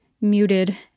muted